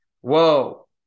whoa